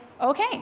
okay